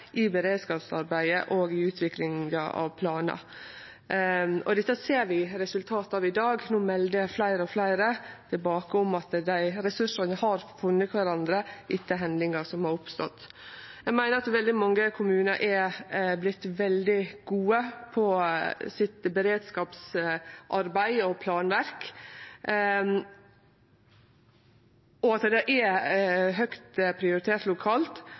i beredskapsarbeidet og i utviklinga av planar. Dette ser vi resultatet av i dag. No melder fleire og fleire tilbake om at dei ressursane har funne kvarandre etter hendingar som har oppstått. Eg meiner at veldig mange kommunar er vortne veldig gode på sitt beredskapsarbeid og planverk, og at det er høgt prioritert lokalt,